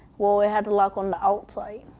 well, it had a lock on the outside.